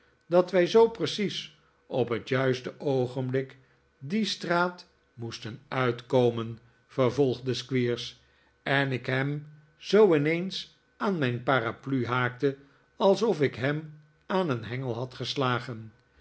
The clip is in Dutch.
dat wij zoo precies op het juiste oogenblik die straat moesten uitkomen vervolgde squeers en ik hem zoo ineens aan mijn paraplu haakte alsof ik hem aan een hengel had geslagen